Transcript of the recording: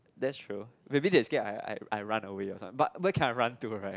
that's true maybe they scare I I I run away or some~ but where can I run to right